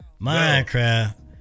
Minecraft